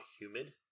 humid